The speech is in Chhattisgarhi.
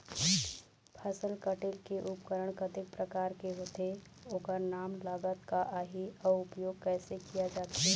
फसल कटेल के उपकरण कतेक प्रकार के होथे ओकर नाम लागत का आही अउ उपयोग कैसे किया जाथे?